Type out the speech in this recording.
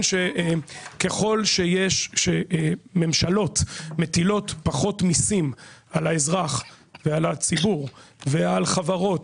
שככל שממשלות מטילות פחות מיסים על האזרח ועל הציבור ועל החברות,